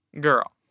Girl